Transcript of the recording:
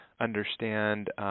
understand